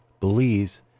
believes